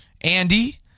Andy